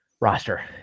roster